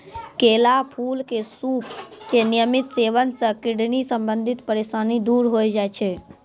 केला फूल के सूप के नियमित सेवन सॅ किडनी संबंधित परेशानी दूर होय जाय छै